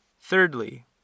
Thirdly